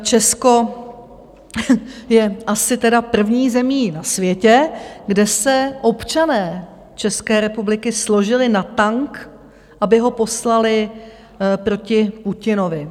Česko je asi první zemí na světě, kde se občané České republiky složili na tank, aby ho poslali proti Putinovi.